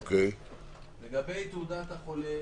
לגבי תעודת החולה,